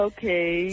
Okay